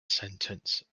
sentence